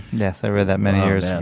yes. i read that many years